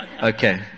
Okay